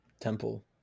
temple